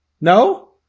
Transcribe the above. No